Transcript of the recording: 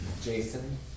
Jason